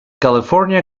california